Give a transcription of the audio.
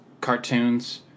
cartoons